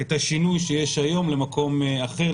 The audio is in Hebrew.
השינוי שי היום למקום אחר,